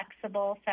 flexible